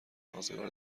آزگار